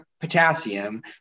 potassium